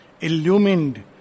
illumined